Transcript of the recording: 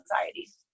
anxiety